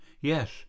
yes